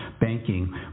banking